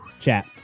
Chat